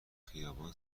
خیابان